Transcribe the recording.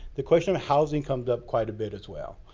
the question of housing comes up quite a bit, as well.